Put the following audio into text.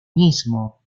mismo